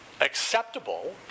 acceptable